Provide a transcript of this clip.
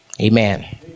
Amen